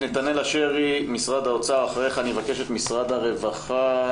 נתנאל אשרי ממשרד האוצר, אחריך מלי ממשרד הרווחה.